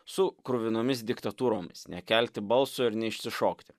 su kruvinomis diktatūromis nekelti balso ir neišsišokti